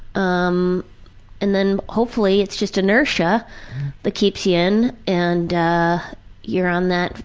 um and then hopefully it's just inertia that keeps you in and you're on that